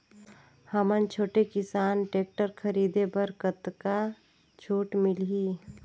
हमन छोटे किसान टेक्टर खरीदे बर कतका छूट मिलही?